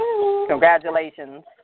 Congratulations